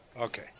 Okay